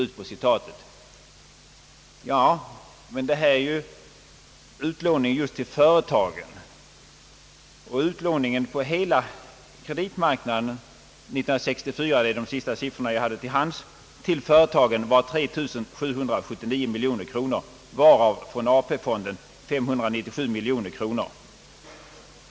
Men detta gäller utlåning till företagen. Utlåningen på hela kreditmarknaden 1964 — det är de senaste siffror jag har till hands — till företagen var 3 779 miljoner kronor, varav från AP fonden 597 miljoner kronor.